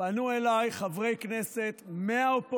תתביישו לכם.